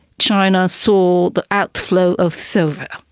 china saw the outflow of silver,